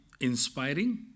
inspiring